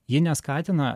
ji neskatina